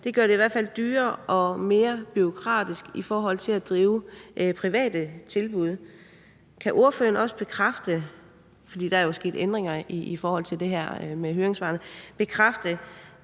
fald gør det dyrere og mere bureaukratisk at drive private tilbud. Kan ordføreren også bekræfte – fordi der jo er sket ændringer i forhold til det her med høringssvarene – at